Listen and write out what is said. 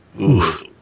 Oof